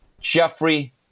Jeffrey